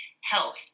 health